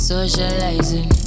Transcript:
Socializing